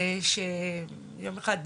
זה כשיום אחד,